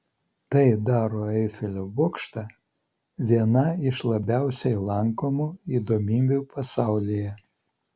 tai daro eifelio bokštą viena iš labiausiai lankomų įdomybių pasaulyje